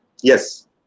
Yes